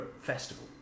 festival